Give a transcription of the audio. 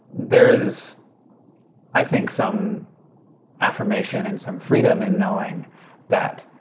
there's, i think some affirmation and some freedom in knowing that